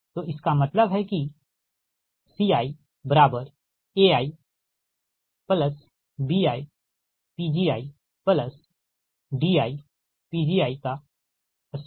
तो इसका मतलब है किCiaibiPgidiPgi2